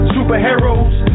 Superheroes